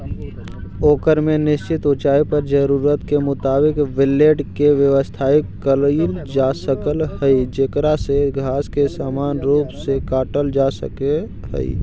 ओकर में निश्चित ऊँचाई पर जरूरत के मुताबिक ब्लेड के व्यवस्थित कईल जासक हई जेकरा से घास के समान रूप से काटल जा सक हई